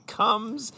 comes